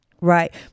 Right